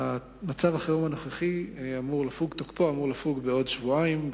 תוקפו של מצב החירום הנוכחי עומד לפוג בעוד שבועיים,